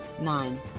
Nine